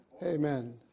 Amen